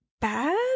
bad